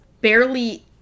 barely